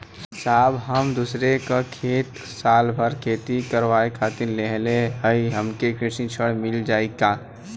साहब हम दूसरे क खेत साल भर खेती करावे खातिर लेहले हई हमके कृषि ऋण मिल जाई का?